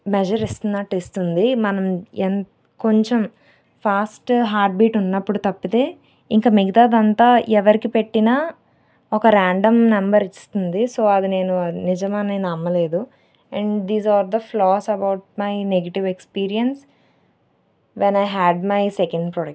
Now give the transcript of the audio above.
measure ఇస్తున్నట్టు ఇస్తుంది మనం ఎం కొంచెం ఫాస్ట్ హార్ట్ బీట్ ఉన్నప్పుడు తప్పితే ఇంక మిగతాది అంతా ఎవరికి పెట్టినా ఒక ర్యాండం నెంబర్ ఇస్తుంది సో అది నేను నిజమని నమ్మలేదు and these are the flaws about my negative experience when I had my second product